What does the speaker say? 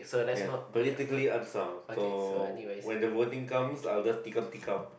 yes politically unsound so when the wording comes I will just tikam tikam